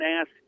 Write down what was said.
ask